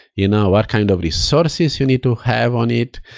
you know what kind of resources you need to have on it?